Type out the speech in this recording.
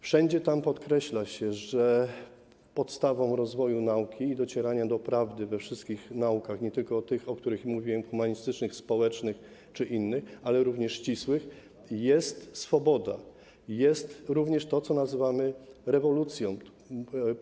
Wszędzie tam podkreśla się, że podstawą rozwoju nauki i docierania do prawdy we wszystkich naukach - nie tylko tych, o których mówiłem: humanistycznych, społecznych czy innych, ale również ścisłych - jest swoboda, jest również to, co nazywamy rewolucją.